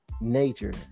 nature